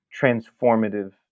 transformative